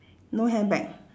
no handbag